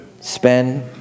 Spend